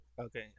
Okay